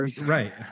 right